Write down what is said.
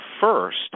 first